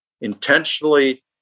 intentionally